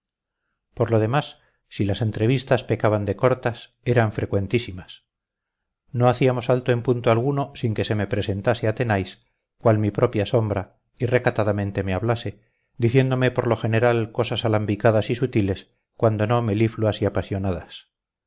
por lo demás si las entrevistas pecaban de cortas eran frecuentísimas no hacíamos alto en punto alguno sin que se me presentase athenais cual mi propia sombra y recatadamente me hablase diciéndome por lo general cosas alambicadas y sutiles cuando no melifluas y apasionadas